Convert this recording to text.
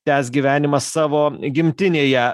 tęs gyvenimą savo gimtinėje